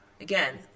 Again